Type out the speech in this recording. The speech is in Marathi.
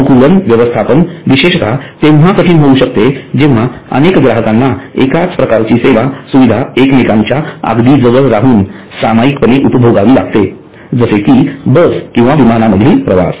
अनुकूलन व्यवस्थापन विशेषतः तेंव्हा कठिण होऊ शकते जेव्हा अनेक ग्राहकांना एकाच प्रकारची सेवा सुविधा एकमेकांच्या अगदी जवळ राहून समायिकपणे उपभोगावी लागते जसे कि बस किंवा विमानामधील प्रवास